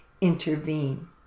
intervene